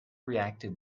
reacted